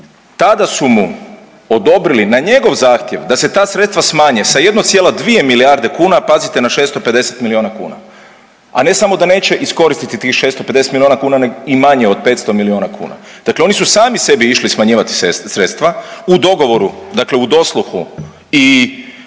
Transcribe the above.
Tada su mu odobrili, na njegov zahtjev da se ta sredstva smanje sa 1,2 milijarde kuna, pazite, na 650 milijuna kuna. A ne samo da neće iskoristiti tih 650 milijuna kuna nego i manje od 500 milijuna kuna. Dakle oni su sami sebi išli smanjivati sredstva u dogovoru, dakle u dosluhu i